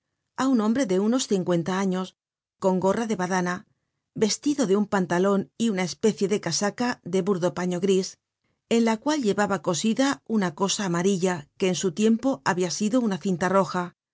á un hombre de unos cincuenta años con gorra de badana vestido de un pantalon y una especie de casaca de burdo paño gris en la cual llevaba cosida una cosa amarilla que en su tiempo habia sido una cinta roja